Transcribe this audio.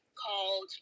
Called